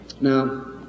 Now